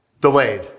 Delayed